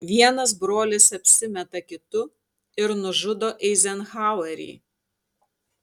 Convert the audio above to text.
vienas brolis apsimeta kitu ir nužudo eizenhauerį